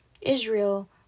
Israel